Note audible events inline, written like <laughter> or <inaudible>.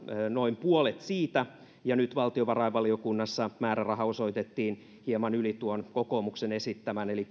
noin puolet siitä ja nyt valtiovarainvaliokunnassa osoitettiin määrärahaa hieman yli tuon kokoomuksen esittämän eli <unintelligible>